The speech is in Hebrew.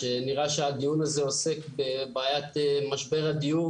שנראה שהדיון הזה עוסק בבעיית משבר הדיור